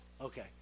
Okay